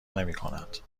نمیکند